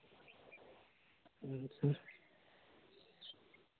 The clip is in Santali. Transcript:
ᱟᱪᱪᱷᱟ